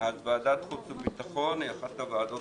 אז ועדת החוץ והביטחון היא אחת הוועדות